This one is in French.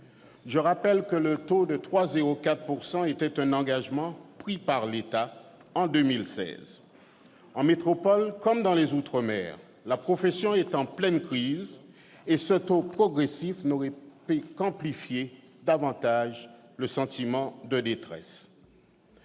Je rappelle que le taux de 3,04 % était un engagement pris par l'État en 2016. En métropole comme dans les outre-mer, la profession est en pleine crise, et ce taux progressif n'aurait fait qu'amplifier davantage le sentiment de détresse.